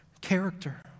character